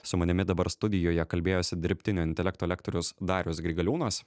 su manimi dabar studijoje kalbėjosi dirbtinio intelekto lektorius darius grigaliūnas